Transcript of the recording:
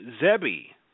Zebby